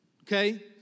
okay